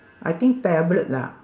I think tablet lah